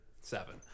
seven